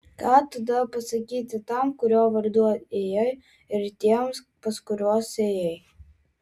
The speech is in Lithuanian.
ką tada pasakyti tam kurio vardu ėjai ir tiems pas kuriuos ėjai